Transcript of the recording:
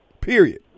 Period